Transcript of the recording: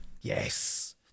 Yes